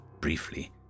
briefly